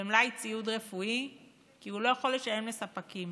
במלאי ציוד רפואי כי הוא לא יכול לשלם לספקים.